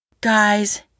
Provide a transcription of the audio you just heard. Guys